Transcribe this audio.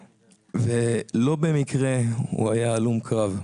ולא במקרה הוא היה הלום קרב.